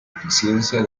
eficiencia